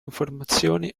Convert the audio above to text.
informazioni